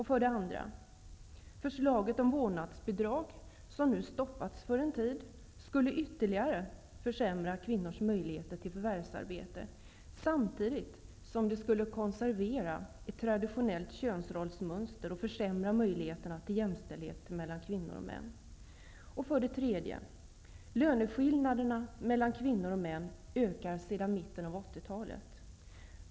För det andra skulle ett vårdnadsbidrag, ett förslag som nu har stoppats för en tid, ytterligare försämra kvinnors möjligheter till förvärvsarbete, samtidigt som det skulle konservera ett traditionellt könsrollsmönster och försämra möjligheterna till jämställdhet mellan kvinnor och män. För det tredje ökar löneskillnaderna mellan kvinnor och män sedan mitten av 80-talet.